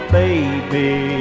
baby